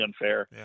unfair